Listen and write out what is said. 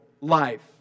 life